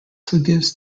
forgives